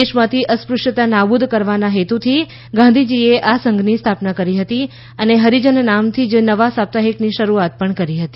દેશમાંથી અસ્પૃશ્યતા નાબૂદ કરવાના હેતુથી ગાંધીજીએ સંઘની સ્થાપના કરી હતી અને હરિજન નામથી જ નવા સાપ્તાહિકની શરૂઆત કરી હતી